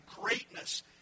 greatness